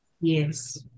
Yes